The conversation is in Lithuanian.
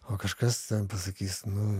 o kažkas ten pasakys nu